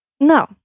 No